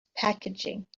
packaging